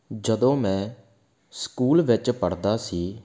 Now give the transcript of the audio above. ਜਦੋਂ ਮੈਂ ਸਕੂਲ ਵਿੱਚ ਪੜ੍ਹਦਾ ਸੀ